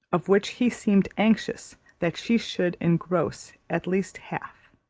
of which he seemed anxious that she should engross at least half.